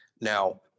now